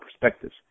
perspectives